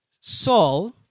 Saul